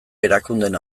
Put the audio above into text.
erakundeen